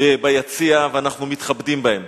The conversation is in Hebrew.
ביציע ואנחנו מתכבדים בהם.